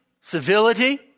civility